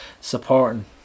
supporting